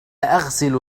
أغسل